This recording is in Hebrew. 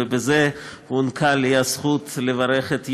ובזה הוענקה לי הזכות לברך את יהודה,